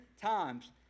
times